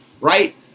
right